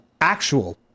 actual